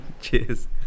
cheers